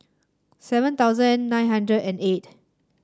seven thousand nine hundred and eight